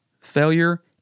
failure